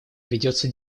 ведется